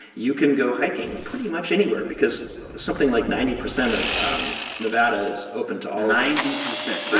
you can go hiking pretty much anywhere because something like ninety percent of um nevada is open to all. ninety percent.